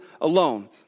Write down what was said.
alone